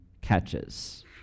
catches